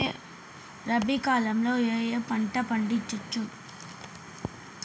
రబీ కాలంలో ఏ ఏ పంట పండించచ్చు?